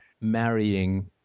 marrying